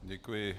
Děkuji.